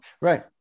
Right